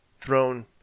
thrown